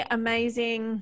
amazing